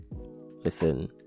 Listen